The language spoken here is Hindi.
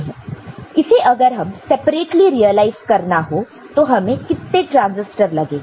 तो इसे अगर हमें सेपरेटली रियलाइज करना हो तो हमें कितने ट्रांसिस्टर लगेंगे